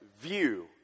view